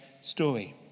story